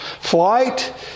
Flight